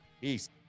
Peace